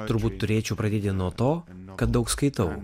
turbūt turėčiau pradėti nuo to kad daug skaitau